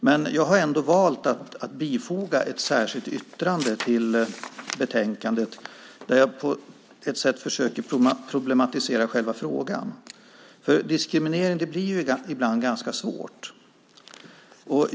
Jag har dock ändå valt att bifoga ett särskilt yttrande till betänkandet där jag på ett sätt försöker problematisera själva frågan. Diskrimineringsfrågor blir ibland ganska svåra.